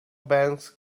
bank’s